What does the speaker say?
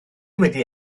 wedi